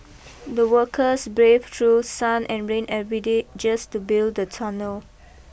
the workers braved through sun and rain every day just to build the tunnel